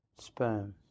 sperm